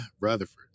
Rutherford